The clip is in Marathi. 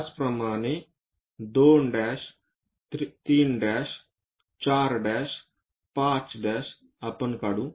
त्याचप्रमाणे 2 3 4 5 आपण काढू